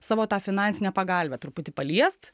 savo tą finansinę pagalvę truputį paliest